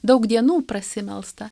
daug dienų prasimelsta